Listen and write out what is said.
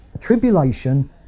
tribulation